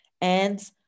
and-